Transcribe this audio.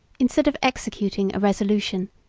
instead of executing a resolution,